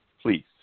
please